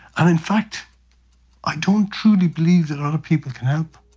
and in fact i don't truly believe that a lot of people can help.